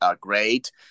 great